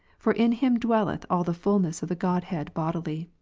for in him dwelleth all the fulness of the godhead bodily.